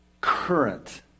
current